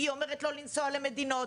היא אומרת לא לנסוע למדינות,